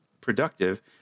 productive